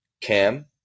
Cam